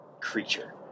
creature